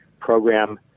program